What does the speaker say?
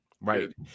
Right